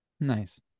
Nice